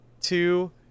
two